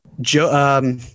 Joe